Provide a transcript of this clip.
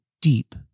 deep